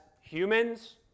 humans